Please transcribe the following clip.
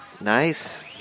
nice